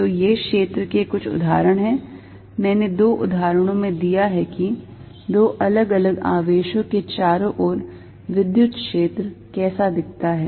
तो ये क्षेत्र के कुछ उदाहरण हैं मैंने दो उदाहरणों में दिया है कि दो अलग अलग आवेशों के चारो ओर विद्युत क्षेत्र कैसा दिखता है